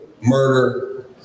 murder